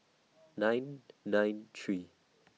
nine nine three